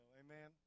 amen